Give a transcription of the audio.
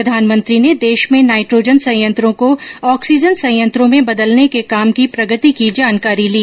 प्रधानमंत्री ने देश में नाइट्रोजन संयत्रों को ऑक्सीजन संयत्रों में बदलने के काम की प्रगति की जानकारी ली